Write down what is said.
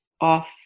off